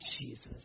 Jesus